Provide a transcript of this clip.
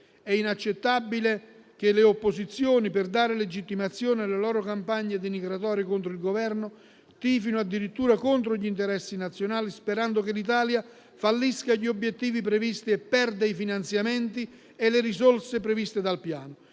È inaccettabile che le opposizioni, per dare legittimazione alle loro campagne denigratorie contro il Governo, tifino addirittura contro gli interessi nazionali, sperando che l'Italia fallisca gli obiettivi previsti e perda i finanziamenti e le risorse previsti dal Piano.